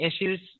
issues